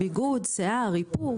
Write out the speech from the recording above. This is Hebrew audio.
ענינו על זה.